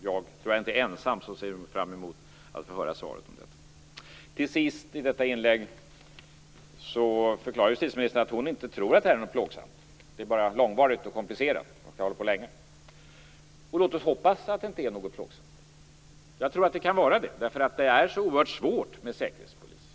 Jag tror inte att jag är den ende som ser fram emot att få höra svaret på detta. Till sist vill jag ta upp något annat i detta inlägg. Justitieministern förklarade att hon inte tror att det här är så plågsamt. Det är bara långvarigt och komplicerat. Det har hållit på länge. Låt oss hoppas att det inte är plågsamt. Men jag tror att det kan vara det, för det är så oerhört svårt med säkerhetspolis.